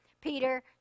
Peter